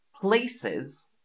places